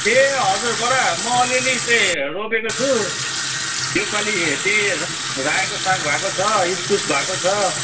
ए हजुर बडा म अलिअलि चाहिँ रोपेको छु यो पालि त्यही रायोको साग भएको छ इस्कुस भएको छ